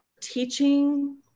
teaching